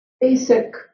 basic